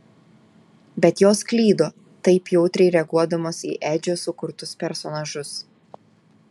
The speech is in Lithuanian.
bet jos klydo taip jautriai reaguodamos į edžio sukurtus personažus